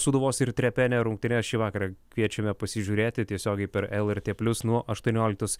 sūduvos ir trepene rungtynes šį vakarą kviečiame pasižiūrėti tiesiogiai per lrt plius nuo aštuonioliktos